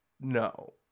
No